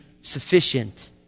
sufficient